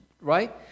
right